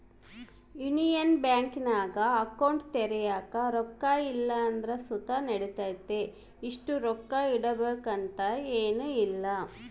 union ಬ್ಯಾಂಕಿನಾಗ account ತೆರ್ಯಾಕ ರೊಕ್ಕ ಇಲ್ಲಂದ್ರ ಸುತ ನಡಿತತೆ, ಇಷ್ಟು ರೊಕ್ಕ ಇಡುಬಕಂತ ಏನಿಲ್ಲ